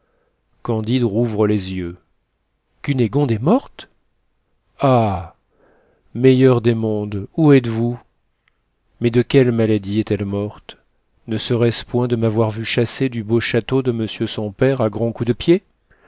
candide rouvre les yeux cunégonde est morte ah meilleur des mondes où êtes-vous mais de quelle maladie est-elle morte ne serait-ce point de m'avoir vu chasser du beau château de monsieur son père à grands coups de pied